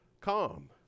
calm